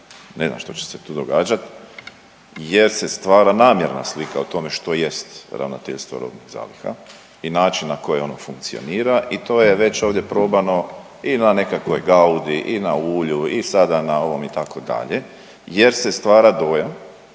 ne znam što će se tu događat jer se stvara namjerna slika o tome što jest ravnateljstvo robnih zaliha i način na koji ono funkcionira i to je već ovdje probano i na nekakvoj gaudi i na ulju i sada na ovom itd. jer se stvara dojam